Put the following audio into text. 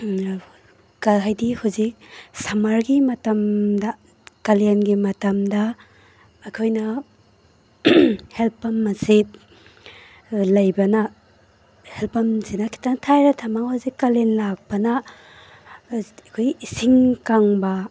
ꯍꯥꯏꯕꯗꯤ ꯍꯧꯖꯤꯛ ꯁꯝꯃꯔꯒꯤ ꯃꯇꯝꯗ ꯀꯥꯂꯦꯟꯒꯤ ꯃꯇꯝꯗ ꯑꯩꯈꯣꯏꯅ ꯍꯦꯜ ꯄꯝ ꯑꯁꯤ ꯂꯩꯕꯅ ꯍꯦꯜ ꯄꯝꯁꯤꯅ ꯈꯖꯤꯛꯇꯪ ꯍꯧꯖꯤꯛ ꯀꯥꯂꯦꯟ ꯂꯥꯛꯄꯅ ꯑꯁ ꯑꯩꯈꯣꯏ ꯏꯁꯤꯡ ꯀꯪꯕ